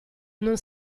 non